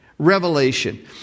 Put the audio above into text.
revelation